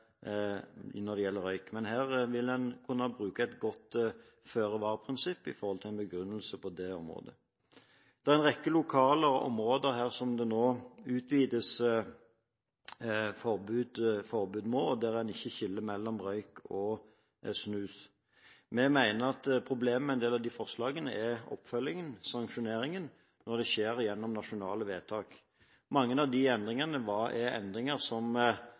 når det gjelder røyk. Her vil man kunne bruke et godt føre-var-prinsipp som begrunnelse på det området. Det er en rekke lokale områder som det nå utvides forbud på, der en ikke skiller mellom røyk og snus. Vi mener at problemet med en del av de forslagene er oppfølgingen – sanksjoneringen – når det skjer gjennom nasjonale vedtak. Mange av de endringene er endringer som